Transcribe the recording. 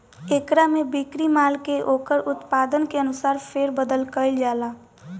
एकरा में बिक्री माल के ओकर उत्पादन के अनुसार फेर बदल कईल जाला